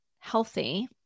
healthy